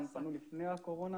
וגם פנו לפני הקורונה,